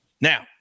Now